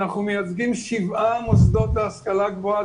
אנחנו מייצגים שבעה מוסדות להשכלה גבוהה.